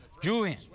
Julian